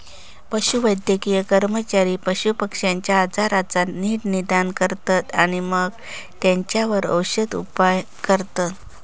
पशुवैद्यकीय कर्मचारी पशुपक्ष्यांच्या आजाराचा नीट निदान करतत आणि मगे तेंच्यावर औषदउपाय करतत